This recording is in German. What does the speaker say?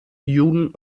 juden